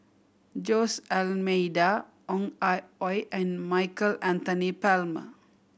Jose Almeida Ong Ah Hoi and Michael Anthony Palmer